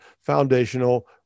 foundational